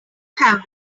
have